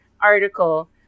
article